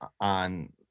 on